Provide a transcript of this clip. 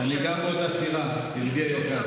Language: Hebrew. גם אני באותה סירה, ידידי היקר.